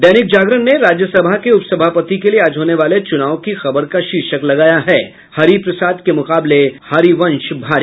दैनिक जागरण ने राज्यसभा के उपसभापति के लिए आज होने वाले चुनाव की खबर का शीर्षक लगाया है हरिप्रसाद के मुकाबले हरवंश भारी